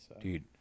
Dude